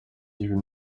ibi